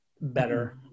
better